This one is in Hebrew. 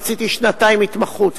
עשיתי שנתיים התמחות,